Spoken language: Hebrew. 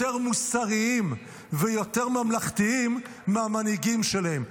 יותר מוסריים ויותר ממלכתיים מהמנהיגים שלהם.